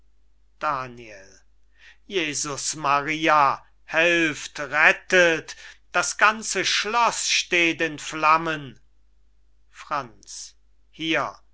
daniel jesus maria helft rettet das ganze schloß steht in flammen franz hier